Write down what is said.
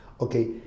okay